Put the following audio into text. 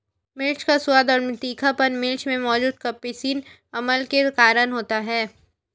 मिर्च का स्वाद और तीखापन मिर्च में मौजूद कप्सिसिन अम्ल के कारण होता है